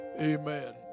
Amen